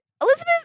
Elizabeth